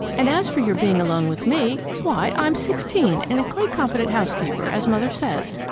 and as for your being alone with me why i'm sixteen and a quite competent housekeeper, as mother says.